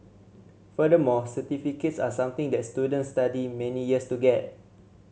furthermore certificates are something that students study many years to get